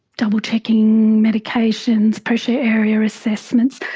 doublechecking medications, pressure area assessments,